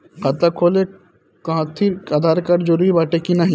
खाता खोले काहतिर आधार कार्ड जरूरी बाटे कि नाहीं?